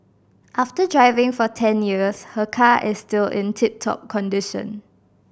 after driving for ten years her car is still in tip top condition